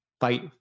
fight